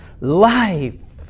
Life